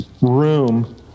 room